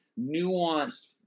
nuanced